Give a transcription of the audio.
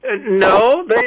No